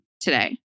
today